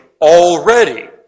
already